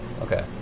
Okay